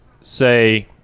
say